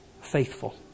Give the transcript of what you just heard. faithful